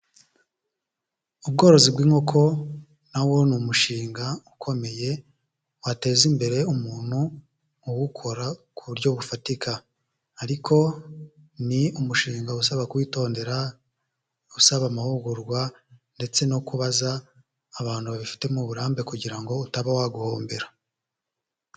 Ubworozi bw'inkoko nawo ni umushinga ukomeye wateza imbere umuntu uwukora ku buryo bufatika ariko ni umushinga usaba kwitondera usaba amahugurwa ndetse no kubaza abantu babifitemo uburambe kugira ngo utaba wa guhombera.